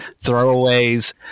throwaways